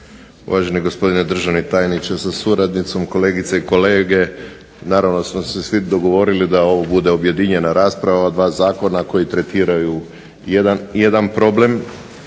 uvaženi gospodine državni tajniče sa suradnicom, kolegice i kolege. Naravno da smo se svi dogovorili da ovo bude objedinjena rasprava o dva zakona koji tretiraju jedan problem